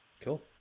Cool